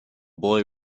boy